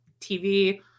TV